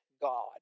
God